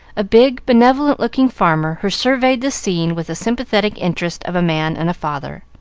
a big, benevolent-looking farmer, who surveyed the scene with the sympathetic interest of a man and a father.